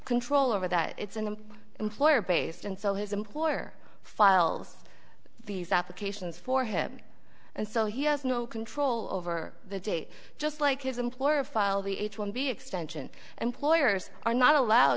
control over that it's in the employer based and so his employer files these applications for him and so he has no control over the day just like his employer file the h one b extension employers are not allowed